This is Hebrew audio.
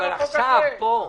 אבל עכשיו, פה.